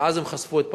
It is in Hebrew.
ואז הם חשפו את פרצופם: